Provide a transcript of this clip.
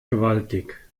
gewaltig